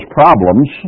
problems